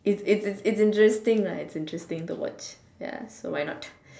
it's it's it's interesting lah it's interesting to watch ya so why not